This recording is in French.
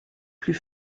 plus